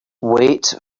wait